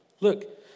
Look